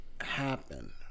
happen